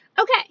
okay